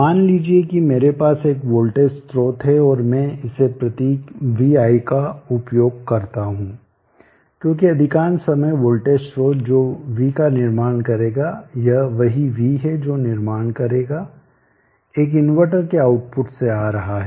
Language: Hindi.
मान लीजिये कि मेरे पास एक वोल्टेज स्रोत है और मैं इस प्रतीक vi का उपयोग करता हूं क्योंकि अधिकांश समय वोल्टेज स्रोत जो v का निर्माण करेगा यह वही v है जो निर्माण करेगा एक इन्वर्टर के आउटपुट से आ रहा है